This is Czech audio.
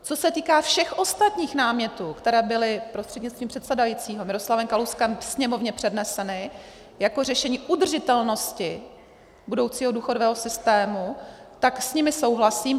Co se týká všech ostatních námětů, které byly prostřednictvím předsedajícího Miroslavem Kalouskem Sněmovně předneseny jako řešení udržitelnosti budoucího důchodového systému, tak s nimi souhlasím.